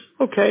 okay